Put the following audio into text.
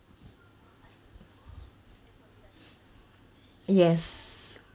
yes